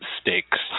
stakes